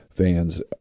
Fans